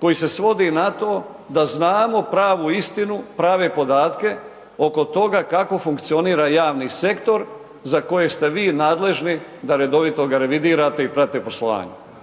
koji se svodi na to da znamo pravu istinu, prave podatke oko toga kako funkcionira javni sektor za kojeg ste vi nadležni da redovito ga revidirate i pratiti poslovanje.